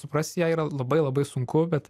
suprast ją yra labai labai sunku bet